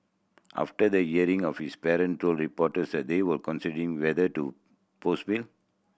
after the hearing of his parent told reporters that they were considering whether to post bill